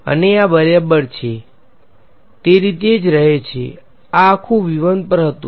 અને આ બરાબર છે તે રીતે જ રહે છે આ આખુ પર હતું